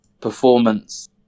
performance